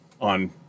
on